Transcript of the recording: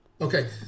Okay